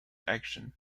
action